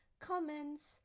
comments